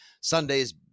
Sunday's